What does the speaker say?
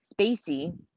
Spacey